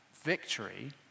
Victory